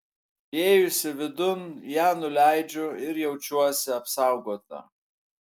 įėjusi vidun ją nuleidžiu ir jaučiuosi apsaugota